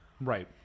right